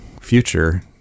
future